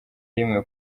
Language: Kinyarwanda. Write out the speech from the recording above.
rimwe